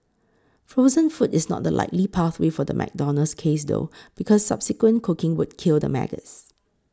frozen food is not the likely pathway for the McDonald's case though because subsequent cooking would kill the maggots